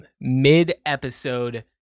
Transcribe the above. Mid-episode